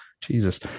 jesus